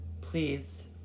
please